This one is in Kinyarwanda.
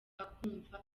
akumva